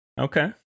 Okay